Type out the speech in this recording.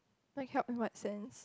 like help in what sense